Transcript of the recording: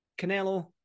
Canelo